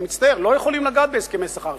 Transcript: אני מצטער, לא יכולים לגעת בהסכמי שכר.